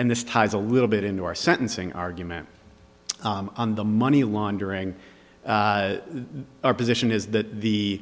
and this ties a little bit into our sentencing argument on the money laundering our position is that the